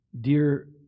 dear